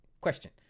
question